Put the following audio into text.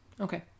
okay